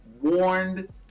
warned